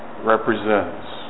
represents